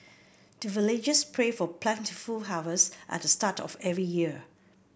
the villagers pray for plentiful harvest at the start of every year